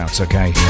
Okay